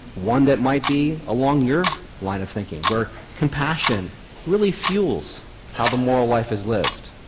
one that might be along your line of thinking where compassion really fuels how the moral life is lived.